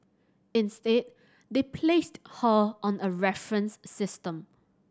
instead they placed her on a reference system